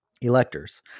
Electors